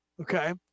okay